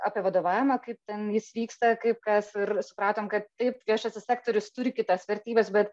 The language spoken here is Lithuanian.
apie vadovavimą kaip ten jis vyksta kaip kas ir supratom kad taip viešasis sektorius turi kitas vertybes bet